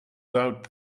doubt